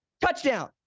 touchdown